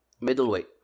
Middleweight